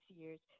years